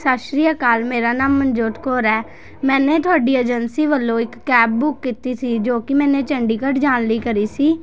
ਸਤਿ ਸ਼੍ਰੀ ਅਕਾਲ ਮੇਰਾ ਨਾਮ ਮਨਜੋਤ ਕੌਰ ਹੈ ਮੈਨੇ ਤੁਹਾਡੀ ਏਜੰਸੀ ਵੱਲੋਂ ਇੱਕ ਕੈਬ ਬੁੱਕ ਕੀਤੀ ਸੀ ਜੋ ਕਿ ਮੈਨੇ ਚੰਡੀਗੜ੍ਹ ਜਾਣ ਲਈ ਕਰੀ ਸੀ